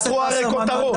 את רואה הרי כותרות.